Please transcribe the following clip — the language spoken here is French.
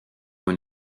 dans